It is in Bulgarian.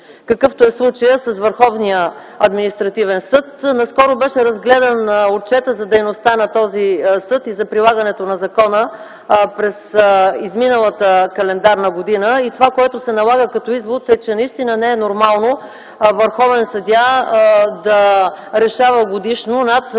какъвто е случаят с Върховния административен съд. Наскоро беше разгледан отчетът за дейността на този съд и за прилагането на закона през изминалата календарна година. и това, което се налага като извод, е, че наистина не е нормално върховен съдия да решава годишно над